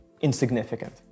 insignificant